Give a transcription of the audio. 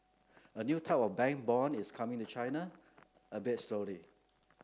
a new type of bank bond is coming to China albeit slowly